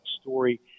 story